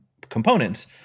components